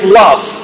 love